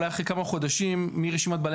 אולי אחרי כמה חודשים מי רשימת בעלי